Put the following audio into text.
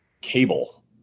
cable